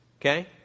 Okay